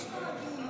יש נהגים,